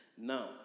Now